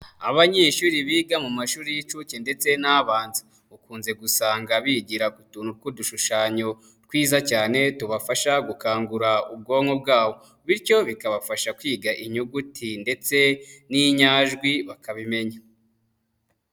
Abanyeshuri biga mu mashuri y'inshuke ndetse n'abanza ukunze gusanga bigira ku tuntu tw'udushushanyo twiza cyane tubafasha gukangura ubwonko bwabo bityo bikabafasha kwiga inyuguti ndetse n'inyajwi bakabimenya.